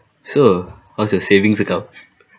so what's your savings account